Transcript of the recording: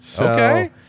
Okay